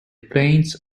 planes